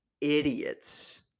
idiots